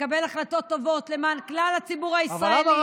שיקבל החלטות טובות למען כלל הציבור הישראלי,